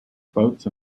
boats